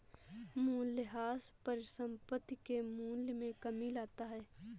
मूलयह्रास परिसंपत्ति के मूल्य में कमी लाता है